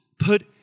Put